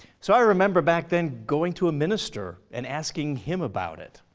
so i remember back then going to a minister and asking him about it.